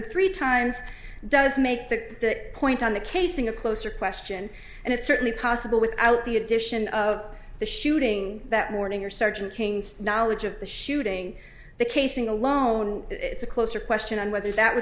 three times does make that point on the casing a closer question and it's certainly possible without the addition of the shooting that morning or sergeant king's knowledge of the shooting the casing alone it's a closer question on whether that would